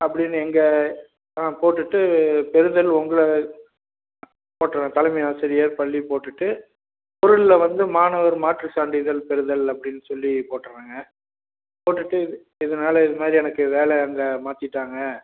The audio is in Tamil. அப்படின்னு எங்கள் ஆ போட்டுவிட்டு பெறுதல் உங்களை போட்டுவிட்றேன் தலைமை ஆசிரியர் பள்ளி போட்டுவிட்டு பொருளில் வந்து மாணவர் மாற்றுச்சான்றிதழ் பெறுதல் அப்படின்னு சொல்லி போட்டுவிட்றேங்க போட்டுவிட்டு இதனால இதுமாதிரி எனக்கு வேலை அங்கே மாற்றிட்டாங்க